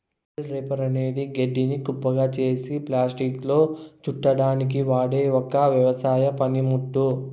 bale wrapper అనేది గడ్డిని కుప్పగా చేసి ప్లాస్టిక్లో చుట్టడానికి వాడె ఒక వ్యవసాయ పనిముట్టు